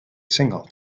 single